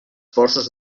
forces